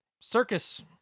Circus